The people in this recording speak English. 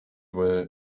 were